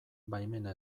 baimena